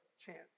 chance